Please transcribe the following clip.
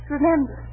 Remember